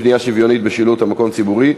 פנייה שוויונית בשילוט במקום ציבורי),